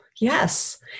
Yes